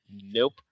Nope